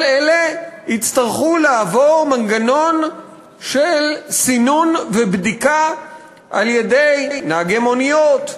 כל אלה יצטרכו לעבור מנגנון של סינון ובדיקה על-ידי נהגי מוניות,